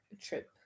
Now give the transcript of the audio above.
trip